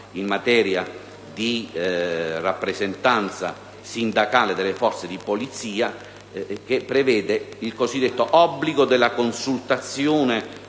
in materia di rappresentanza sindacale delle forze di polizia, che prevede il cosiddetto obbligo della consultazione